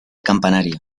campanario